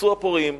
ייתפסו הפורעים.